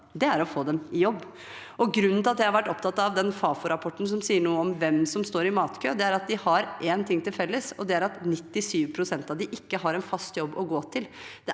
er å få dem i jobb. Grunnen til at jeg har vært opptatt av den Fafo-rapporten som sier noe om hvem som står i matkø, er at de har én ting til felles, og det er at 97 pst. av dem ikke har en fast jobb å gå til.